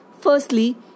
firstly